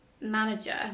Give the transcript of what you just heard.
manager